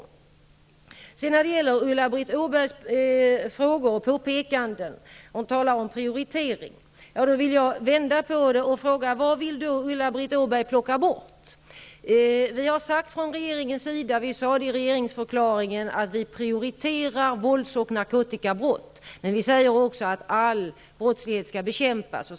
Jag övergår nu till Ulla-Britt Åbarks frågor och påpekanden. Hon talar om prioritering. Jag vill vända på det och fråga: Vad vill Ulla-Britt Åbark plocka bort? Vi har från regeringens sida sagt i regeringsdeklarationen att vi prioriterar vålds och narkotikabrott, man vi säger också att all brottslighet skall bekämpas.